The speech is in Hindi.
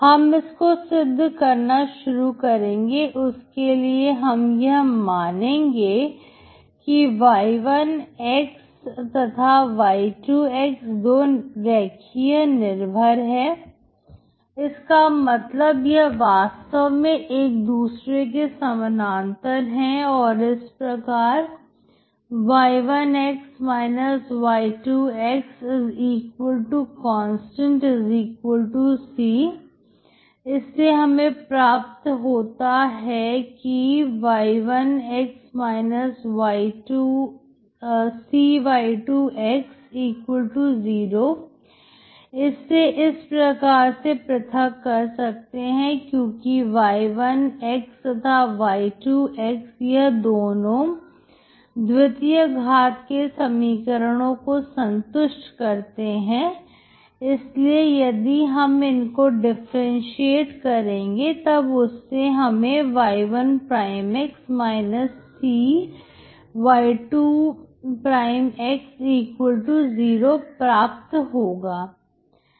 हम इसको सिद्ध करना शुरू करेंगे उसके लिए हम यह मानेंगे कि y1 तथा y2 दो रेखीय निर्भर है इसका मतलब यह वास्तव में एक दूसरे के समानांतर है और इस प्रकार y1y2 constantc इससे हमें प्राप्त होता है कि y1x cy2x0 हमसे इस प्रकार से पृथक कर सकते हैं क्योंकि y1 तथा y2 यह दोनों द्वितीय घाट के समीकरणों को संतुष्ट करते हैं इसलिए यदि हम इनको डिफरेंटशिएट करेंगे तब उससे हमें y1x cy2x0 प्राप्त होगा